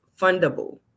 fundable